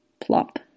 plop